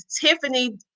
Tiffany